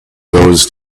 those